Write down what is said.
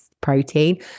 Protein